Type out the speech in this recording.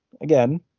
Again